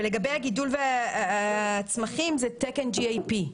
ולגבי גידול הצמחים, זה תקן GAP,